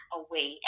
away